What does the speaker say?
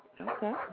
Okay